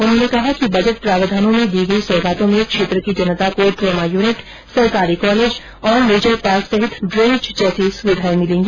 उन्होंने कहा कि बजट प्रावधानों में दी गई सौगातों में क्षेत्र की जनता को ट्रोमा यूनिट सरकारी कॉलेज नेचर पार्क सहित ड्रेनेज जैसी सुविधाएं मिलेगी